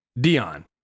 Dion